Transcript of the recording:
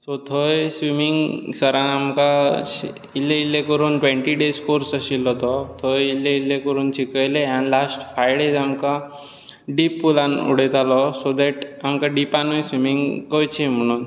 so थंय swimming सरान आमकां श् इल्लें इल्लें करून ट्वॅन्टी डेझ कोर्स आशिल्लो तो थंय इल्लें इल्लें करून शिकयलें आनी लास्ट फाय डेझ आमकां डीप पुलान उडयतालो सो दॅट आमकां डिपानूय स्विमींग कळची म्हणून